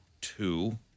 two